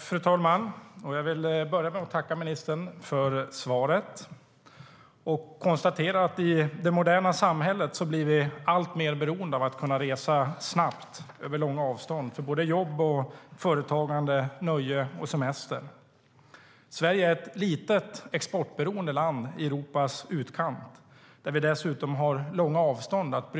Fru talman! Jag vill börja med att tacka ministern för svaret. I det moderna samhället blir vi alltmer beroende av att kunna resa snabbt över långa avstånd för jobb, företagande, nöje och semester. Sverige är ett litet exportberoende land i Europas utkant och har dessutom långa avstånd att